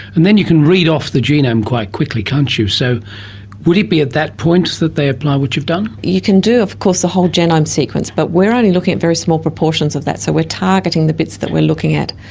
and then you can read off the genome quite quickly, can't you? so would it be at that point that they apply what you've done? you can do of course a whole genome sequence but we're only looking at very small proportions of that. so we are targeting the bits that we're looking at.